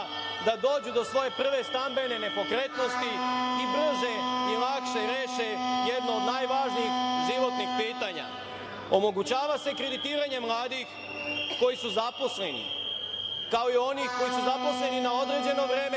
da dođu do svoje prve stambene nepokretnosti i brže i lakše reše jedno od najvažnijih životnih pitanja. Omogućava se kreditiranje mladih koji su zaposleni, kao i oni koji su zaposleni na određeno vreme,